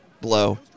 blow